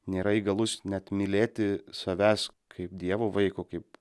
nėra įgalus net mylėti savęs kaip dievo vaiko kaip